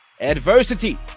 adversity